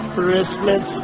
Christmas